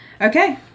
okay